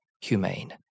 humane